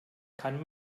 kann